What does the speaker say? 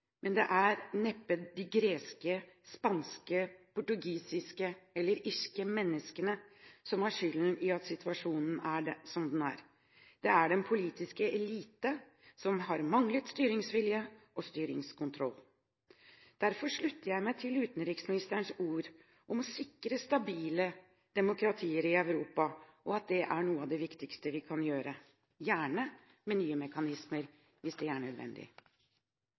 neppe de greske, de spanske, de portugisiske eller de irske menneskene som har skylden for at situasjonen er som den er. Det er den politiske elite, som har manglet styringsvilje og styringskontroll. Derfor slutter jeg meg til utenriksministerens ord om at det «å sikre stabile demokratier i Europa» er noe av det viktigste vi kan gjøre, gjerne gjennom nye mekanismer, hvis det er nødvendig.